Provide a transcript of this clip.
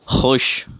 خوش